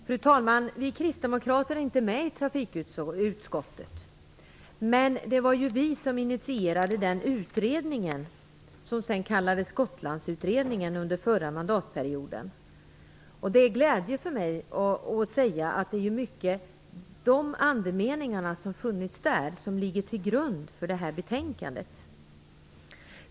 Fru talman! Vi kristdemokrater är inte med i trafikutskottet. Men det var vi som under den förra mandatperioden initierade den utredning som sedan kallades Gotlandsutredningen. Det är en glädje för mig att kunna säga att det är många av de andemeningar som fanns med där som ligger till grund för betänkandet.